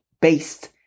based